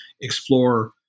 explore